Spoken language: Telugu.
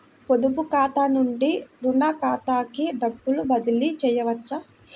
పొదుపు ఖాతా నుండీ, రుణ ఖాతాకి డబ్బు బదిలీ చేయవచ్చా?